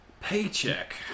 paycheck